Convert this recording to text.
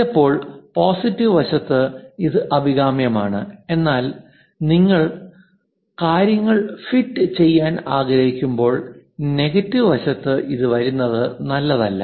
ചിലപ്പോൾ പോസിറ്റീവ് വശത്ത് ഇത് അഭികാമ്യമാണ് എന്നാൽ നിങ്ങൾ കാര്യങ്ങൾ ഫിറ്റ് ചെയ്യാൻ ആഗ്രഹിക്കുമ്പോൾ നെഗറ്റീവ് വശത്തു ഇത് വരുന്നത് നല്ലതല്ല